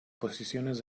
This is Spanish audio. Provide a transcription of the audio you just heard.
posiciones